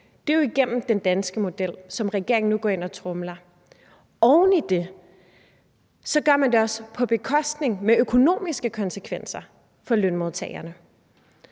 har man jo gennem den danske model, som regeringen nu går ind og tromler. Oven i det gør man det også på bekostning af lønmodtagerne med økonomiske konsekvenser for dem.